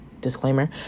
Disclaimer